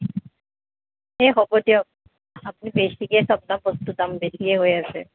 এই হ'ব দিয়ক আপুনি বেছিকৈ সব দাম বস্তু দাম বেছিয়ে হৈ আছে